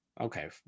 Okay